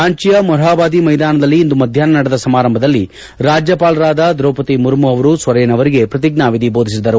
ರಾಂಚಿಯ ಮೊರ್ಹಾಬಾದಿ ಮೈದಾನದಲ್ಲಿ ಇಂದು ಮಧ್ಯಾಷ್ನ ನಡೆದ ಸಮಾರಂಭದಲ್ಲಿ ರಾಜ್ಯಪಾಲರಾದ ದ್ರೌಪದಿ ಮುರ್ಮು ಅವರು ಸೊರೇನ್ ಅವರಿಗೆ ಪ್ರತಿಜ್ಞಾವಿಧಿ ಭೋದಿಸಿದರು